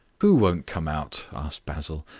who won't come out? asked basil,